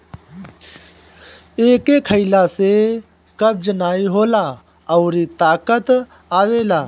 एके खइला से कब्ज नाइ होला अउरी ताकत आवेला